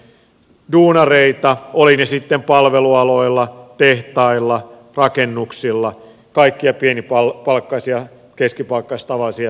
me puolustamme duunareita olivat he sitten palvelualoilla tehtailla rakennuksilla kaikkia pienipalkkaisia keskipalkkaisia tavallisia työntekijöitä